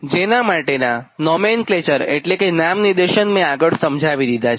જેનાં માટેનાં નોમેન્ક્લેચર એટલે કે નામનિર્દેશન મેં આગળ સમજાવી દીધા છે